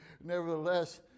nevertheless